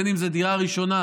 בין שזו דירה ראשונה,